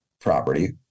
property